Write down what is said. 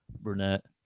brunette